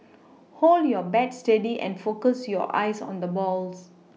hold your bat steady and focus your eyes on the balls